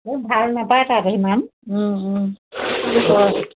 ভাল নাপায় তাত ইমান